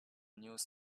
news